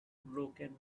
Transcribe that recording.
broken